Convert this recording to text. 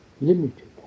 limited